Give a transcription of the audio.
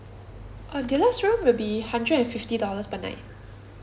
uh deluxe room will be hundred and fifty dollars per night